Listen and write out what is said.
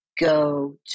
go